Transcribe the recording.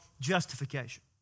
justification